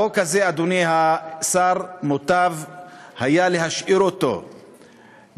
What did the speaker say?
החוק הזה, אדוני השר, מוטב היה להשאיר אותו לפחות